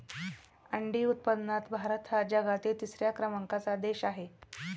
अंडी उत्पादनात भारत हा जगातील तिसऱ्या क्रमांकाचा देश आहे